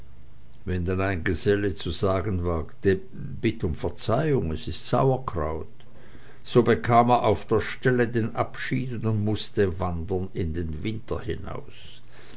wenn dann ein geselle zu sagen wagte bitt um verzeihung es ist sauerkraut so bekam er auf der stelle den abschied und mußte wandern in den winter hinaus